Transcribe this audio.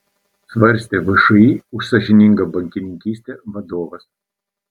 svarstė všį už sąžiningą bankininkystę vadovas